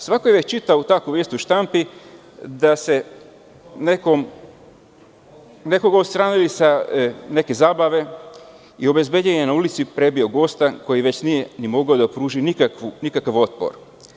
Svako je već čitao u takvoj istoj štampi da se nekoga odstranili sa neke zabave i obezbeđenje na ulici prebio gosta koji već nije ni mogao da pruži nikakav otpor.